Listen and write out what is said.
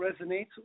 resonates